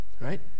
right